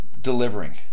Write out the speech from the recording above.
delivering